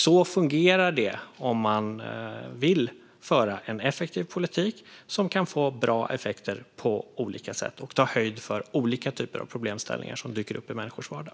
Så fungerar det om man vill föra en effektiv politik som kan få bra effekter på olika sätt och ta höjd för olika typer av problemställningar som dyker upp i människors vardag.